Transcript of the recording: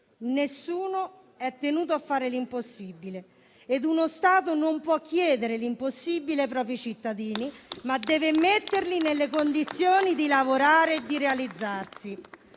nessuno è tenuto a fare l'impossibile, ed uno Stato non può chiedere l'impossibile ai propri cittadini, ma deve metterli nelle condizioni di lavorare e di realizzarsi.